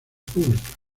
pública